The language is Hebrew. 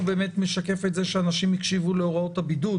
באמת משקף את זה שאנשים הקשיבו להוראות הבידוד.